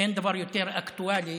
אין דבר יותר אקטואלי